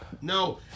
no